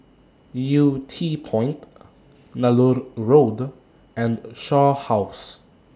Yew Tee Point Nallur Road and Shaw House